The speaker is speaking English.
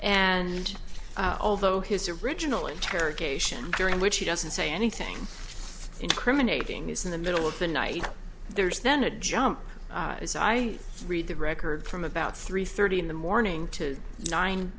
and although his original interrogation during which he doesn't say anything incriminating is in the middle of the night there is then a jump as i read the record from about three thirty in the morning to nine